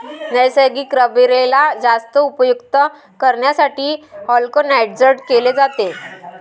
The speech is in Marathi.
नैसर्गिक रबरेला जास्त उपयुक्त करण्यासाठी व्हल्कनाइज्ड केले जाते